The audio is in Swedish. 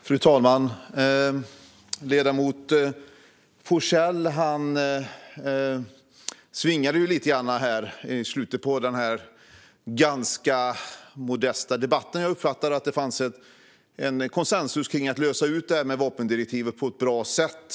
Fru talman! Ledamoten Forssell svingade lite grann i slutet av den här annars ganska modesta debatten, där jag har uppfattat att det finns en konsensus kring att lösa ut det här med vapendirektivet på ett bra sätt.